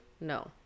No